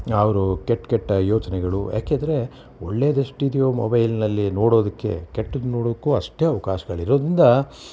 ಅವರು ಕೆಟ್ಟ ಕೆಟ್ಟ ಯೋಚನೆಗಳು ಯಾಕೆಂದರೆ ಒಳ್ಳೆದೆಷ್ಟಿದೆಯೋ ಮೊಬೈಲ್ನಲ್ಲಿ ನೋಡೋದಕ್ಕೆ ಕೆಟ್ಟದ್ದು ನೋಡಕ್ಕೂ ಅಷ್ಟೇ ಅವ್ಕಾಶ್ಗಳಿರೋದ್ರಿಂದ